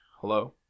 Hello